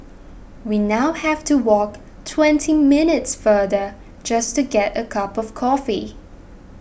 we now have to walk twenty minutes farther just to get a cup of coffee